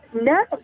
no